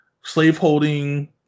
slaveholding